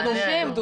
חודשים.